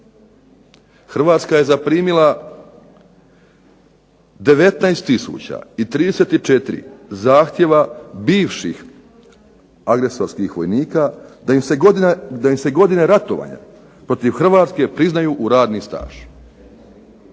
Hrvatska je zaprimila 19 tisuća 34 zahtjeva bivših agresorskih vojnika da im se godine ratovanja protiv Hrvatske priznaju u radni staž